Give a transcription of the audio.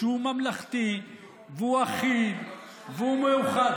שהוא ממלכתי והוא אחיד והוא מאוחד.